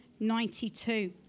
92